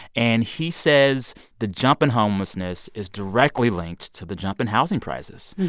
and he says the jump in homelessness is directly linked to the jump in housing prices.